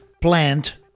plant